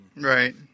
right